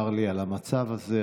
צר לי על המצב הזה.